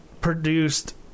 produced